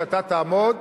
שאתה תעמוד,